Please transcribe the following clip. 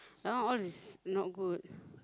that one all is not good